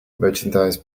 merchandise